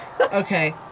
Okay